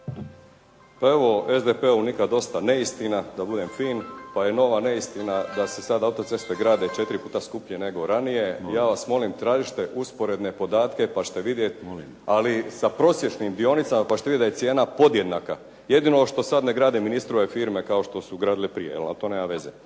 Pa evo, SDP-u nikad dosta neistina, da budem fin. Pa je nova neistina da se sad autoceste grade 4 puta skuplje nego ranije. Ja vas molim, tražite usporedne podatke pa ćete vidjet, ali sa prosječnim dionicama, pa ćete vidjeti da je cijena podjednaka. Jedino što sad ne grade ministrove firme kao što su gradile prije, ali to nema veze.